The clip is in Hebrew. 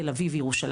תל אביב וירושלים,